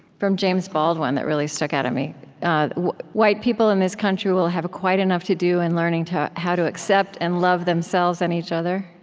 from james baldwin that really stuck out at me white people in this country will have quite enough to do in learning how to accept and love themselves and each other.